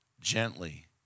Gently